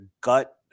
gut